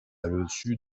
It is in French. reçu